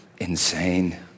insane